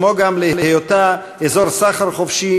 כמו גם להיותה אזור סחר חופשי,